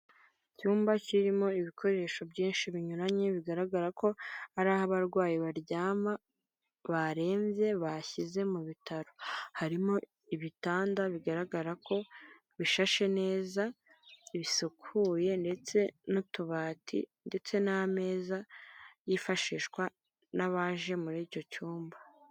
Icyumba kirimo ibikoresho byinshi binyuranye bigaragara ko hari aho abarwayi baryama, barembye bashyize mu bitaro, harimo ibitanda bigaragara ko bishashe neza bisukuye ndetse n'utubati ndetse n'amezaza yifashishwa n'abaje muri icyo cyumba.